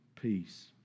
peace